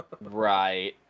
Right